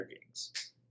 beings